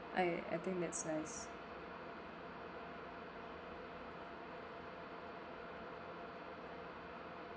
I I think that's nice